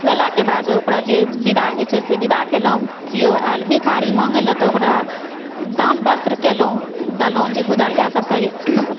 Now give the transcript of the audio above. खुएलाके बाद ओकरा जे विदा होइ छै से विदा केलहुॅं केओ आएल भिखारी माँगऽलए तऽ ओकरा दान वस्त्र केलहुॅं देलहुॅं जे गुदरिया सबके ई